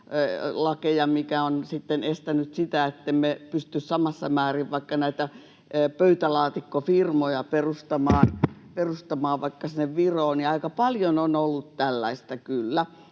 sitten estäneet sitä, ettemme pysty samassa määrin vaikka näitä pöytälaatikkofirmoja perustamaan vaikka sinne Viroon, ja aika paljon on ollut tällaista kyllä,